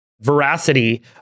veracity